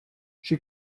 she